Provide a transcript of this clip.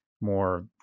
more